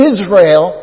Israel